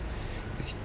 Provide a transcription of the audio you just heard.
okay